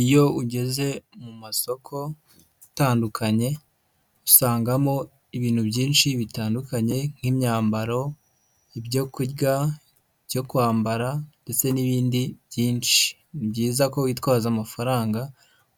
Iyo ugeze mu masoko atandukanye usangamo ibintu byinshi bitandukanye nk'imyambaro ibyo kurya ibyo kwambara ndetse n'ibindi byinshi, ni byiza ko witwaza amafaranga